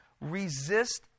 resist